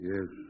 Yes